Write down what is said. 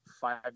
five